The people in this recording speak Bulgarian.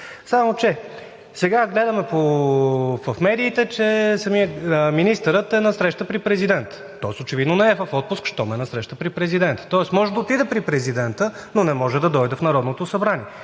Само че сега гледаме в медиите, че министърът е на среща при президента, тоест очевидно не е в отпуск, щом е на среща при президента, тоест може да отиде при президента, но не може да дойде в Народното събрание